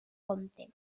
compte